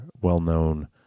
well-known